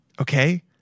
Okay